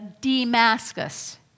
Damascus